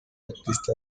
artistas